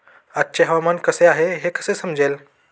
आजचे हवामान कसे आहे हे कसे समजेल?